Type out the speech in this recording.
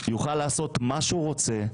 יוכל לעשות מה שהוא רוצה,